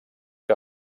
que